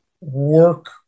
work